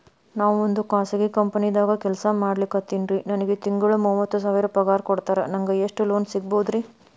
ನಾವೊಂದು ಖಾಸಗಿ ಕಂಪನಿದಾಗ ಕೆಲ್ಸ ಮಾಡ್ಲಿಕತ್ತಿನ್ರಿ, ನನಗೆ ತಿಂಗಳ ಮೂವತ್ತು ಸಾವಿರ ಪಗಾರ್ ಕೊಡ್ತಾರ, ನಂಗ್ ಎಷ್ಟು ಲೋನ್ ಸಿಗಬೋದ ರಿ?